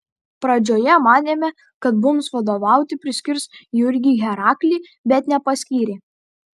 pradžioje manėme kad mums vadovauti paskirs jurgį heraklį bet nepaskyrė